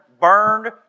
burned